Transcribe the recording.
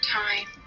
time